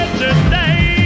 today